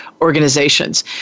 organizations